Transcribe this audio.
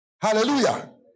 Hallelujah